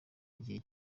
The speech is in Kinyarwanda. igihe